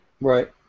Right